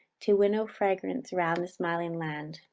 to winnow fragrance round the smiling land.